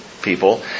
people